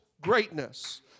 greatness